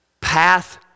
path